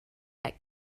that